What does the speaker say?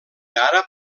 àrab